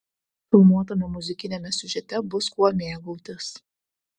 filmuotame muzikiniame siužete bus kuo mėgautis